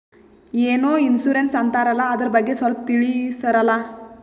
ಏನೋ ಇನ್ಸೂರೆನ್ಸ್ ಅಂತಾರಲ್ಲ, ಅದರ ಬಗ್ಗೆ ಸ್ವಲ್ಪ ತಿಳಿಸರಲಾ?